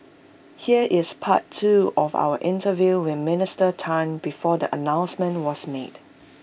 here is part two of our interview with Minister Tan before the announcement was made